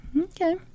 Okay